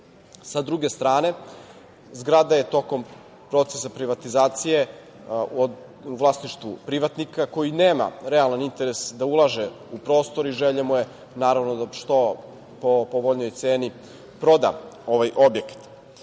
S druge strane, zgrada je tokom procesa privatizacije u vlasništvu privatnika koji nema realan interes da ulaže u prostor i želja mu je da po što povoljnijoj ceni proda ovaj objekat. To